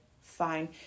fine